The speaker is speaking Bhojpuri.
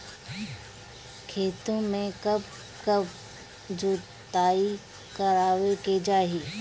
खेतो में कब कब जुताई करावे के चाहि?